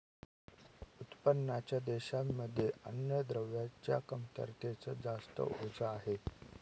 उत्पन्नाच्या देशांमध्ये अन्नद्रव्यांच्या कमतरतेच जास्त ओझ आहे